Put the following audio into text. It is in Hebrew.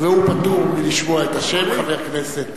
והוא פטור מלשמוע את השם "חבר הכנסת".